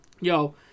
Yo